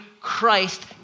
Christ